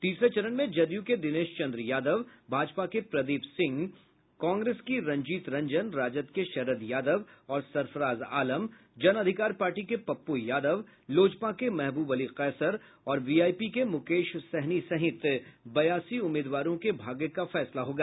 तीसरे चरण में जदयू के दिनेश चंद्र यादव भाजपा के प्रदीप सिंह कांग्रेस की रंजीत रंजन राजद के शरद यादव और सरफराज आलम जन अधिकार पार्टी के पप्पू यादव लोजपा के महबूब अली कैसर और वीआईपी के मुकेश सहनी सहित बयासी उम्मीदवारों के भाग्य का फैसला होगा